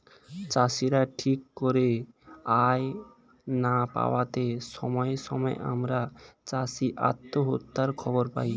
চাষীরা ঠিক করে আয় না পাওয়াতে সময়ে সময়ে আমরা চাষী আত্মহত্যার খবর পাই